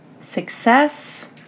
Success